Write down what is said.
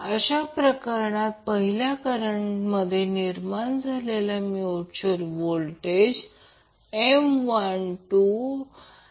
तर अशा प्रकारे जर फक्त सरळ केले तर तिरकस गुणाकार करा हा एक तिरकस गुणाकार करा आणि नंतर ठेवा